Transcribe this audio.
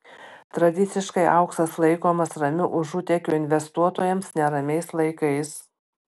tradiciškai auksas laikomas ramiu užutėkiu investuotojams neramiais laikais